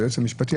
היועץ המשפטי?